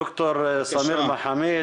ד"ר סמיר מחמיד,